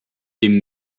dem